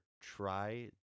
try